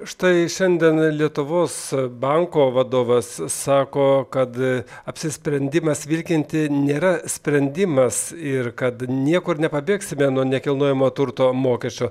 štai šiandien lietuvos banko vadovas sako kad apsisprendimas vilkinti nėra sprendimas ir kad niekur nepabėgsime nuo nekilnojamo turto mokesčio